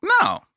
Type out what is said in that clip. No